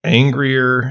angrier